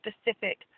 specific